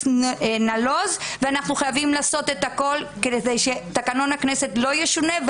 נלוז ואנחנו חייבים לעשות הכול כדי שתקנון הכנסת לא ישונה,